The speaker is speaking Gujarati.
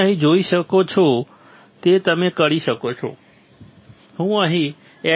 તમે અહીં જોઈ શકો તે તમે કરી શકો છો હું અહીં SiO2 જોઈ શકું છું